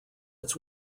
its